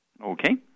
Okay